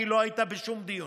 כי לא היית בשום דיון,